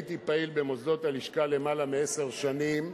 הייתי פעיל במוסדות הלשכה למעלה מעשר שנים,